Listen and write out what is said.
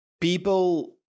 people